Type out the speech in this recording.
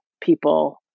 people